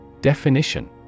Definition